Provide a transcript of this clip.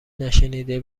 نشنیده